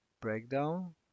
breakdown